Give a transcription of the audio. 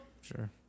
Sure